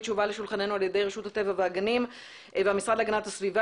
שהובאה לשולחננו על ידי רשות הטבע והגנים והמשרד להגנת הסביבה,